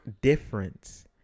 difference